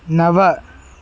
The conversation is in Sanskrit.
नव